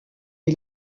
est